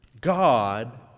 God